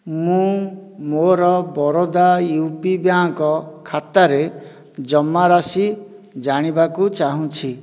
ମୁଁ ମୋର Baroda U P bank ଖାତାରେ ଜମାରାଶି ଜାଣିବାକୁ ଚାହୁଁଛି